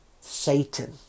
Satan